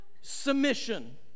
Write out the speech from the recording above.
submission